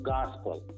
Gospel